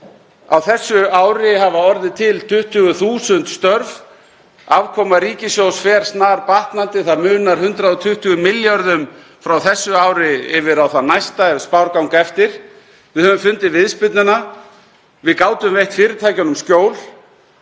á þessu ári hafa orðið til 20.000 störf. Afkoma ríkissjóðs fer snarbatnandi. Það munar 120 milljörðum frá þessu ári yfir á það næsta ef spár ganga eftir. Við höfum fundið viðspyrnuna, við gátum veitt fyrirtækjunum skjól